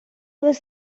was